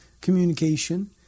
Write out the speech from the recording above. communication